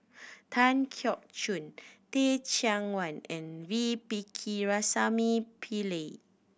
Tan Keong Choon Teh Cheang Wan and V Pakirisamy Pillai